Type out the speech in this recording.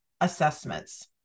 assessments